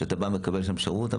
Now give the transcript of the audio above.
שאתה בא ומקבל שם שירות,